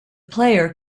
player